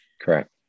Correct